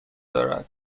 دارد